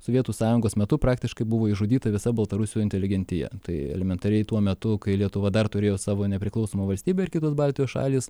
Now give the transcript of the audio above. sovietų sąjungos metu praktiškai buvo išžudyta visa baltarusių inteligentija tai elementariai tuo metu kai lietuva dar turėjo savo nepriklausomą valstybę ir kitos baltijos šalys